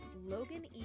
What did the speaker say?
Logan